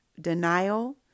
denial